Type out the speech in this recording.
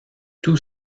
tout